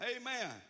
Amen